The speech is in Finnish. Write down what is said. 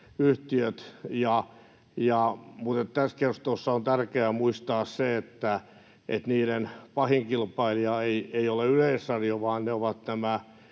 mutta tässä keskustelussa on tärkeää muistaa se, että niiden pahin kilpailija ei ole Yleisradio vaan niitä